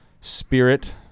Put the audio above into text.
spirit